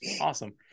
Awesome